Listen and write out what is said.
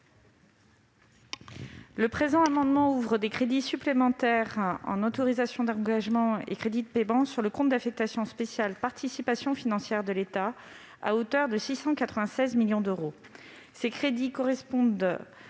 Le présent amendement ouvre des crédits supplémentaires en autorisations d'engagement et crédits de paiement sur le compte d'affectation spéciale « Participations financières de l'État » à hauteur de 696 millions d'euros. Ces crédits correspondent